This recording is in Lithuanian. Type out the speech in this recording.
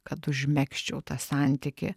kad užmegzčiau tą santykį